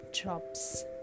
drops